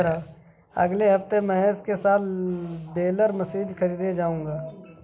अगले हफ्ते महेश के साथ बेलर मशीन खरीदने जाऊंगा